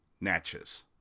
Natchez